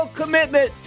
commitment